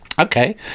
Okay